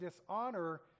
dishonor